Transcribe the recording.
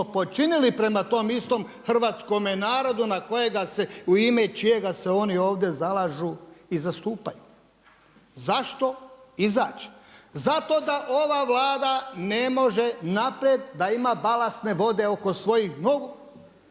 počini prema tom istom hrvatskome narodu na kojega se i u ime čijega oni ovdje zalažu i zastupaju. Zašto izać? Zato da ova Vlada ne može naprijed, da ima balastne vode oko svojih nogu.